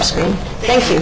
screen thank you